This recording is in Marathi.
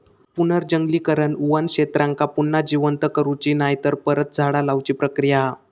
पुनर्जंगलीकरण वन क्षेत्रांका पुन्हा जिवंत करुची नायतर परत झाडा लाऊची प्रक्रिया हा